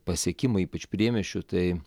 pasiekimą ypač priemiesčių tai